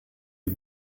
die